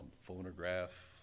Phonograph